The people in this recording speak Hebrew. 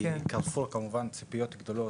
כי 'קרפור' כמובן הציפיות גדולות,